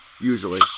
usually